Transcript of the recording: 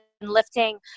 lifting